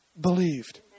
believed